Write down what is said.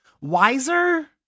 wiser